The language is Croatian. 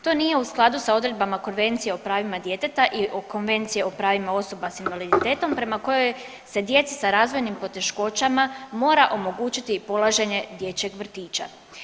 To nije u skladu sa odredbama Konvencije o pravima djeteta i Konvencije o pravima osoba sa invaliditetom prema kojoj se djeci sa razvojnim poteškoćama mora omogućiti i polaženje dječjeg vrtića.